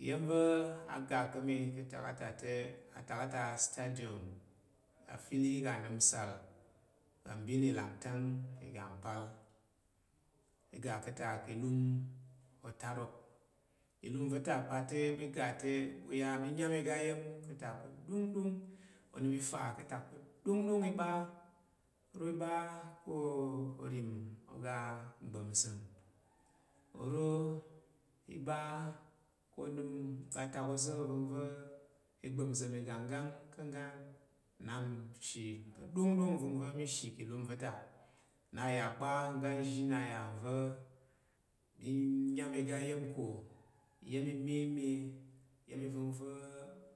Ɪya̱n va̱ a ga ka̱ mi ka̱tak a’ ta te, atak a’ ta astadium, afili ga nəm nsal ka̱ mbin ilangtang iga mpal, n go ka̱ ta ki lum otrok ɪlum va̱ ta pa̱ te mi ga te ɓu ya mi ɗya’ng iga ya̱n ka̱ tp pa̱ ɗongɗong. Onəm i ta ka̱tak pa̱ ɗongɗon i ɓa, ro i ɓa ko orim oga ngbap nza̱m, oro i ɓa ka̱ onəm oga atak oza̱ ovəngva̱ i gba̱p- nza̱m igangg’ang ka̱’ ngga nap nshi pa̱ ɗongɗong nvəngva̱ mishi ki lum va̱ ta. Nna ya’ kpa’ ngga nzhi nna ya nva̱ mi nyan iga iya̱n ko. Ɪyan imye’mye, iya̱n ivəngva̱.